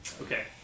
Okay